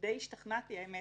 ודי השתכנעתי האמת,